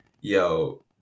yo